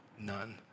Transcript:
none